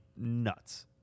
nuts